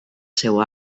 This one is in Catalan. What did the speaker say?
seu